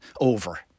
over